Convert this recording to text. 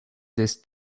this